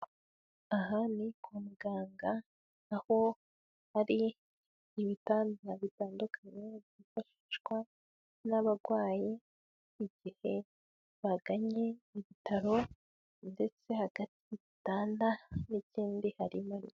Aha ni kwa muganga, aho hari ibitanda bitandukanye byifashishwa n'abagwayi igihe baganye ibitaro ndetse hagati tanda n'ikindi harimo ri.